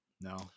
No